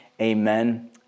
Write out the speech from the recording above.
amen